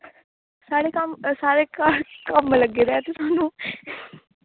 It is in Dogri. साढ़े घर कम्म लग्गे दा ते